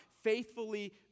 faithfully